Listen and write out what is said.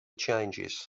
changes